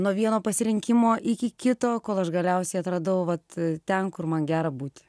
nuo vieno pasirinkimo iki kito kol aš galiausiai atradau vat ten kur man gera būti